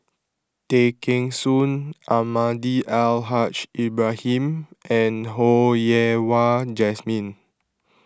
Tay Kheng Soon Almahdi Al Haj Ibrahim and Ho Yen Wah Jesmine